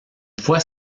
fois